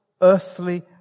earthly